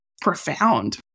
profound